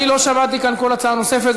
אני לא שמעתי כאן כל הצעה נוספת,